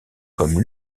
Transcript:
comme